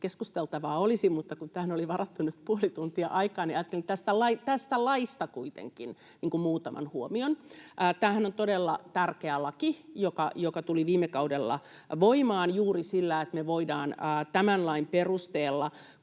keskusteltavaa olisi, mutta kun tähän oli varattu nyt puoli tuntia aikaa, ajattelin sanoa tästä laista kuitenkin muutaman huomion: Tämähän on todella tärkeä laki, joka tuli viime kaudella voimaan, juuri siksi, että aiemmin, jos rauhoitettu